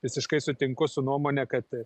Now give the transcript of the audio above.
visiškai sutinku su nuomone kad